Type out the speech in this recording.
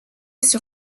sur